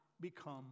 become